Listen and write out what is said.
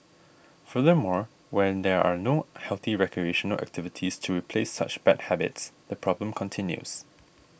furthermore when there are no healthy recreational activities to replace such bad habits the problem continues